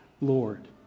Lord